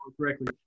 correctly